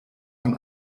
von